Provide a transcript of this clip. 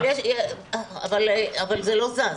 אבל זה לא זז.